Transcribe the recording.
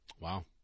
Wow